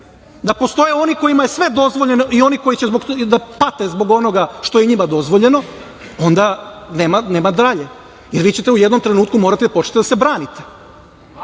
da postoje oni kojima je sve dozvoljeno i oni koji će da pate zbog onoga što je njima dozvoljeno, onda nema dalje, jer vi ćete u jednom trenutku morati da počnete da se braniti